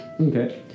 okay